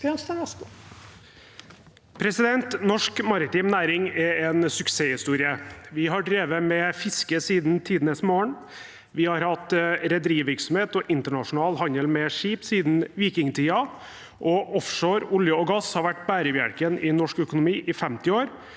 Norsk maritim næring er en suksesshistorie. Vi har drevet med fiske siden tidenes morgen, vi har hatt rederivirksomhet og internasjonal handel med skip siden vikingtiden, offshore olje og gass har vært bærebjelken i norsk økonomi i 50 år,